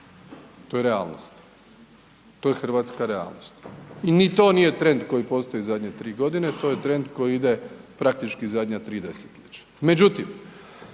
To je realnost, to je hrvatska realnost i ni to nije trend koji postoji zadnje tri godine, to je trend koji ide praktički zadnja tri desetljeća.